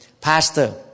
Pastor